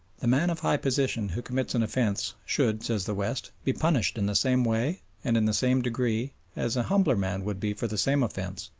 the man of high position who commits an offence should, says the west, be punished in the same way and in the same degree as an humbler man would be for the same offence.